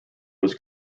was